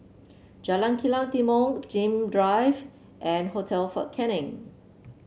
Jalan Kilang Timor Nim Drive and Hotel Fort Canning